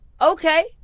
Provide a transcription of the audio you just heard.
Okay